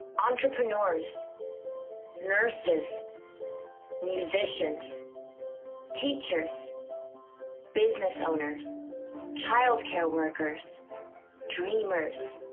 entrepreneurs nurses musicians teachers business owners child care workers dreamers